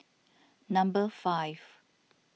number five